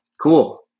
Cool